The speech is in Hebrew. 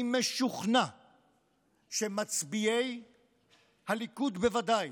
אני משוכנע שמצביעי הליכוד בוודאי,